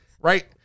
right